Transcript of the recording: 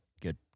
good